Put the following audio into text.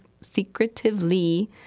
secretively